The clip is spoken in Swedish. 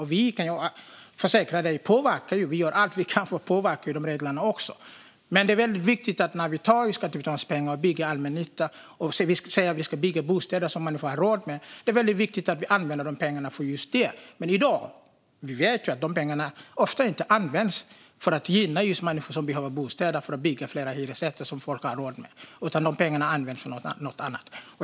Och jag kan försäkra dig att vi gör allt vi kan för att påverka reglerna. Men när vi tar skattebetalarnas pengar och säger vi att vi ska bygga bostäder som människor har råd med är det väldigt viktigt att vi använder pengarna till just detta. Men i dag vet vi att pengarna ofta inte används för att gynna just människor som behöver bostäder genom att det byggs fler hyresrätter som folk har råd med, utan pengarna används till något annat.